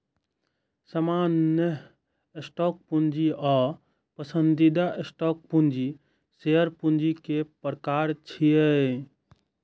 सामान्य स्टॉक पूंजी आ पसंदीदा स्टॉक पूंजी शेयर पूंजी के प्रकार छियै